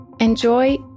enjoy